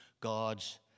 God's